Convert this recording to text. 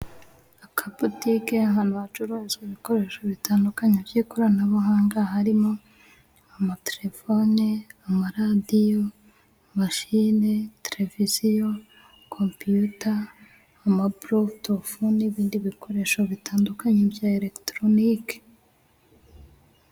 Akabotike ahantu hacuruza ibikoresho bitandukanye by'ikoranabuhanga, harimo amatelefoni, amaradiyo, mashine televiziyo compiyuta amaburutufu n'ibindi bikoresho bitandukanye bya elegitoronike.